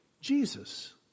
Jesus